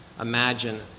imagine